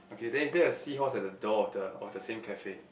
okay then is there a seahorse at the door of the of the same cafe